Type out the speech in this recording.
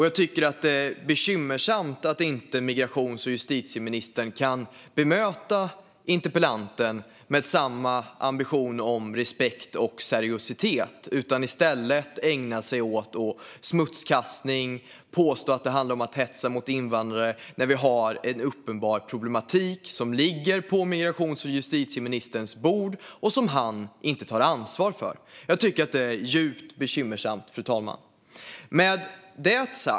Jag tycker att det är bekymmersamt att migrations och justitieministern inte kan bemöta interpellanten med samma ambition om respekt och seriositet utan i stället ägnar sig åt smutskastning och påstår att det handlar om att hetsa mot invandrare, när vi har en uppenbar problematik som ligger på migrations och justitieministerns bord och som han inte tar ansvar för. Jag tycker att det är djupt bekymmersamt, fru talman.